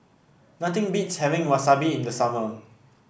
nothing beats having Wasabi in the summer